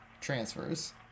transfers